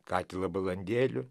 katilą balandėlių